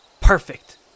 Perfect